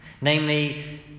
namely